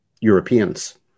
Europeans